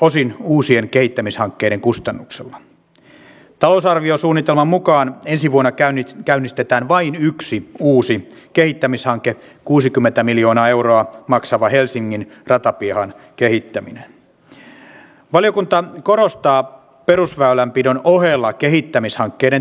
ehdotukseni asiasta on otettu sisäministeriössä hyvin vastaan ja ehkä siitä vielä jotain syntyy koska sotilaspoliisikoulutuksen saaneessa reservissä olisi hyvin käyttömahdollisuuksia jos poliisille halutaan oma reservi kriisitilanteita varten muodostaa